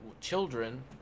children